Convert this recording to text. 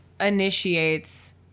initiates